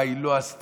מה היא לא עשתה,